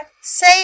say